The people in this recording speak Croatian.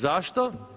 Zašto?